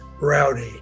rowdy